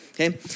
Okay